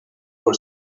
for